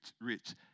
rich